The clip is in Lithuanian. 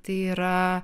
tai yra